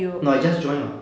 no I just join [what]